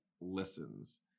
listens